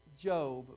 Job